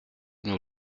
nos